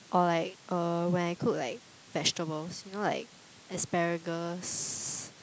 or like uh when I cook like vegetables you know like asparagus